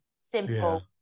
simple